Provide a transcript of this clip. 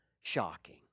shocking